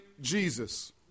Jesus